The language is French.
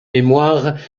mémoires